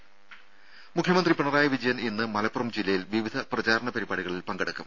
രും മുഖ്യമന്ത്രി പിണറായി വിജയൻ ഇന്ന് മലപ്പുറം ജില്ലയിൽ വിവിധ പ്രചാരണ പരിപാടികളിൽ പങ്കെടുക്കും